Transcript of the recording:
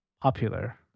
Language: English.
popular